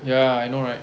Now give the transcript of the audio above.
ya I know right